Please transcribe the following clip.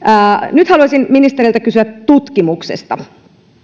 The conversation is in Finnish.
nyt haluaisin ministeriltä kysyä tutkimuksesta